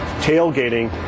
tailgating